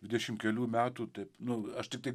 dvidešim kelių metų taip nu aš tiktai